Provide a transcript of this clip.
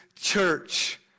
church